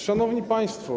Szanowni Państwo!